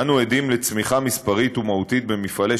אנו עדים לצמיחה מספרית ומהותית במפעלי